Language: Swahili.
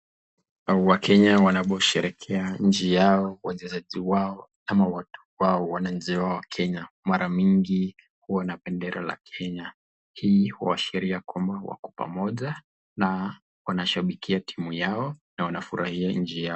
Wakenya wanaposherehekea nchi yao, wachezaji wao ama watu wao, wananchi wao wa Kenya, mara mingi huwa na bendera la Kenya. Hii huashiria kuwa wako pamoja na wanashabikia timu yao na wanafurahia nchi yao.